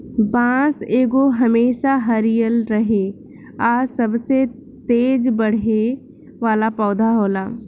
बांस एगो हमेशा हरियर रहे आ सबसे तेज बढ़े वाला पौधा होला